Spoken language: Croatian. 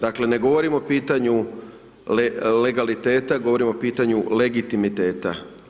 Dakle, ne govorimo o pitanju legaliteta, govorimo o pitanju legitimiteta.